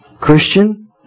Christian